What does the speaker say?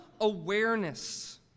awareness